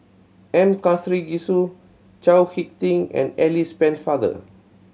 M Karthigesu Chao Hick Tin and Alice Pennefather